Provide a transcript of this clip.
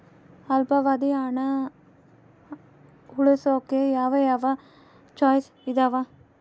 ಅಲ್ಪಾವಧಿ ಹಣ ಉಳಿಸೋಕೆ ಯಾವ ಯಾವ ಚಾಯ್ಸ್ ಇದಾವ?